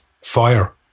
fire